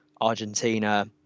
Argentina